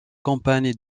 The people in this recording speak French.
compagne